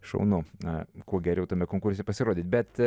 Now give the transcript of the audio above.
šaunu na kuo geriau tame konkurse pasirodyti bet